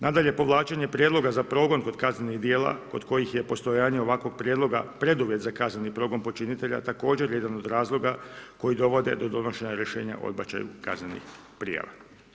Nadalje, povlačenje prijedloga za progon kod kaznenih dijela, od kojih je postojanje ovakvog prijedloga preduvjet za kazneni progon počinitelja, također jedan od razloga, koji dovode do donošenja rješenja o odbačaju kaznenih prijava.